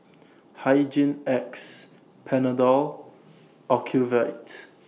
Hygin X Panadol Ocuvite